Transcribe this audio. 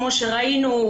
כמו שראינו,